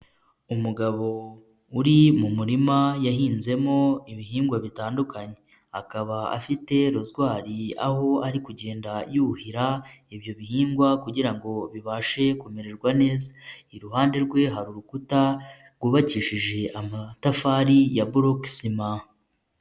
Umugabo uri mu murima yahinzemo ibihingwa bitandukanye, akaba afite rozwari aho ari kugenda yuhira ibyo bihingwa kugira ngo bibashe kumererwa neza. Iruhande rwe hari urukuta rwubakishije amatafari ya boloke sima.